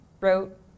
wrote